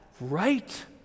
Right